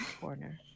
Corner